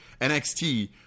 NXT